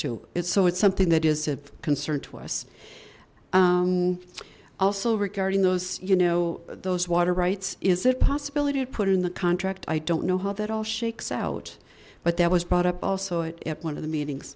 to it's so it's something that is of concern to us also regarding those you know those water rights is it possibility to put it in the contract i don't know how that all shakes out but that was brought up also at one of the meetings